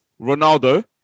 Ronaldo